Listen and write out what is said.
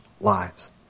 lives